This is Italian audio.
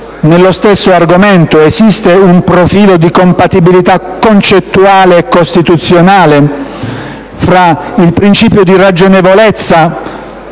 nello stesso argomento, esiste cioè un profilo di compatibilità concettuale e costituzionale, fra il principio di ragionevolezza